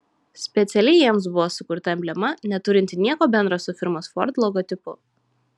specialiai jiems buvo sukurta emblema neturinti nieko bendra su firmos ford logotipu